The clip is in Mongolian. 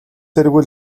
тэргүй